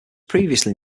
previously